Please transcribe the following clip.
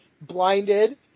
blinded